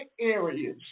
areas